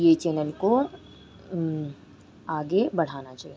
ये चैनल को आगे बढ़ाना चाहिए